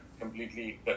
completely